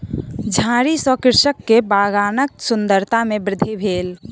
झाड़ी सॅ कृषक के बगानक सुंदरता में वृद्धि भेल